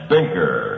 Baker